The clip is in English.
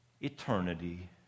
eternity